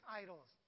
idols